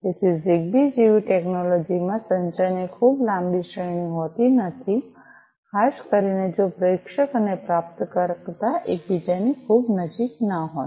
તેથી ઝીગબી જેવી ટેક્નૉલૉજી માં સંચારની ખૂબ લાંબી શ્રેણી હોતી નથી ખાસ કરીને જો પ્રેષક અને પ્રાપ્તકર્તા એકબીજાની ખૂબ નજીક ન હોય